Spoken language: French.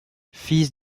fils